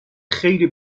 خیلی